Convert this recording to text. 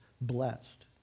blessed